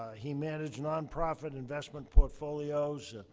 he managed nonprofit investment portfolios,